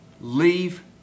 leave